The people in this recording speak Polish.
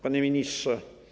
Panie Ministrze!